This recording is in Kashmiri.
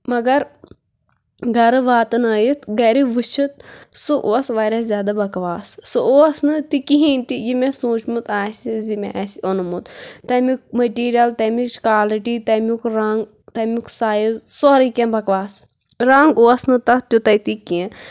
مگر گرٕ واتہٕ نٲیِتھ گَرِ وٕچھِتھِ سُہ اوس واریاہ زیادٕ بکواس سُہ اوس نہٕ تہِ کِہیٖنۍ تہِ یہِ مےٚ سوٗنٛچمُت آسہِ زِ مےٚ آسہِ اوٚنمُت تَمیُک مٔٹیٖریَل تَمِچ کالٹی تَمیُک رنٛگ تَمیُک سایز سورٕے کیٚنٛہہ بکواس رنٛگ اوس نہٕ تَتھ تیوٗتاہ تہِ کیٚنٛہہ